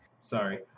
Sorry